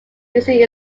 usually